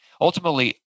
ultimately